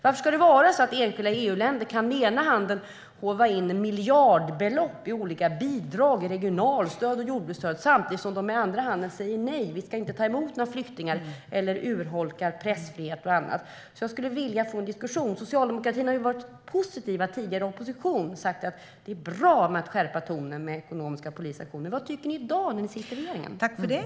Varför ska enskilda EU-länder kunna håva in miljardbelopp i olika bidrag med ena handen - det är regionalstöd och jordbruksstöd - samtidigt som de med andra handen säger nej till att ta emot flyktingar eller urholkar pressfrihet och annat? Jag skulle vilja få en diskussion. Socialdemokraterna var tidigare positiva när ni var i opposition och sa att det var bra att skärpa tonen genom ekonomiska och politiska sanktioner. Vad tycker ni i dag när ni sitter i regeringen?